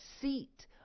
seat